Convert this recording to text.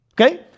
okay